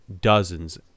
dozens